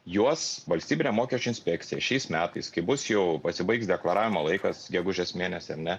juos valstybinė mokesčių inspekcija šiais metais kai bus jau pasibaigs deklaravimo laikas gegužės mėnesį ne